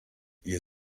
ihr